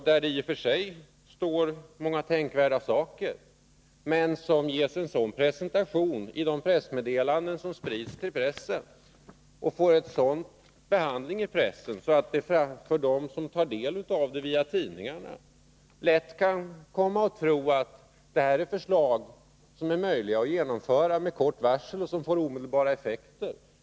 Där sades i och för sig många tänkvärda saker, men synpunkterna ges en sådan presentation i de meddelanden som sprids till pressen och får en sådan behandling i pressen att de som tar del av dem via tidningarna lätt kan komma att tro att detta är förslag som är möjliga att genomföra med kort varsel och som får omedelbara effekter.